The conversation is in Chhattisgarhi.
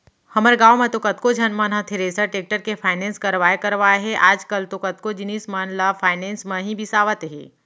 हमर गॉंव म तो कतको झन मन थेरेसर, टेक्टर के फायनेंस करवाय करवाय हे आजकल तो कतको जिनिस मन ल फायनेंस म ही बिसावत हें